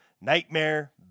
Nightmare